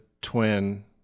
twin